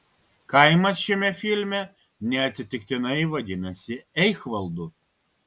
kaimas šiame filme neatsitiktinai vadinasi eichvaldu